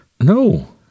No